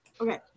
Okay